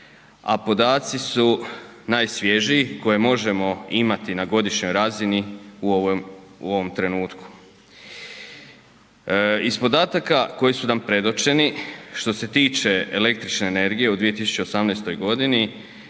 a podaci su najsvježiji koje možemo imati na godišnjoj razini u ovom trenutku. Iz podataka koji su nam predočeni što se tiče električne energije u 2018.g.